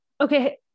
Okay